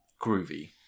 Groovy